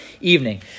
evening